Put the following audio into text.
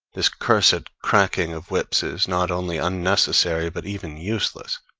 this cursed cracking of whips is not only unnecessary, but even useless.